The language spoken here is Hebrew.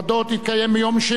ביום שני,